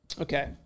Okay